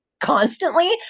constantly